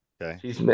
okay